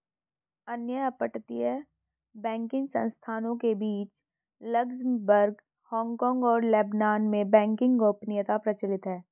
अन्य अपतटीय बैंकिंग संस्थानों के बीच लक्ज़मबर्ग, हांगकांग और लेबनान में बैंकिंग गोपनीयता प्रचलित है